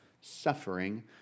suffering